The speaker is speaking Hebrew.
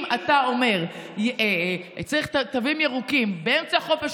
אם אתה אומר שצריך תווים ירוקים באמצע החופש